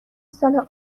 سال